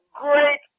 great